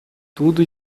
tudo